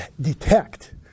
detect